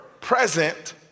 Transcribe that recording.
present